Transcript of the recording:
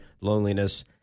loneliness